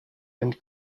and